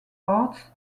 arts